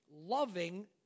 loving